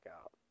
out